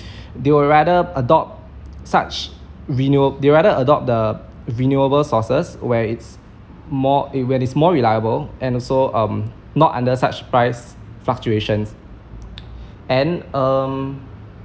they'd rather adopt such renewa~ they'd rather adopt the renewable sources where it's more where it's more reliable and also um not under such price fluctuations and um